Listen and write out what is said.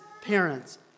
parents